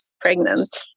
pregnant